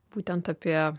būtent apie